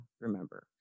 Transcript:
remember